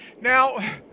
Now –